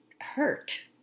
hurt